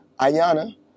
Ayana